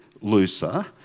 looser